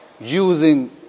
Using